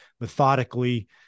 methodically